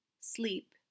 Sleep